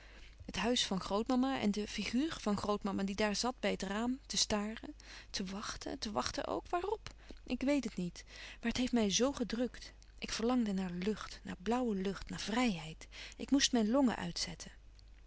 het huis van grootmama en de figuur van grootmalouis couperus van oude menschen de dingen die voorbij gaan ma die daar zat bij het raam te staren te wachten te wachten ook waarop ik weet het niet maar het heeft mij zo gedrukt ik verlangde naar lucht naar blauwe lucht naar vrijheid ik moest mijn longen uitzetten